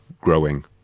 growing